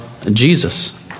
Jesus